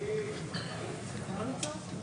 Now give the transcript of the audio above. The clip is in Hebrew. הוא לא נמצא.